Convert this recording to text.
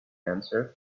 answer